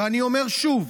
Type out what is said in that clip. ואני אומר שוב: